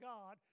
God